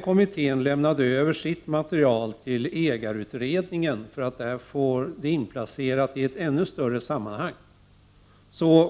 Kommittén lämnade över sitt material till ägarutredningen för att där få det inplacerat i ett ännu större sammanhang.